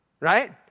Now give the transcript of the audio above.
right